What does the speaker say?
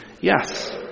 Yes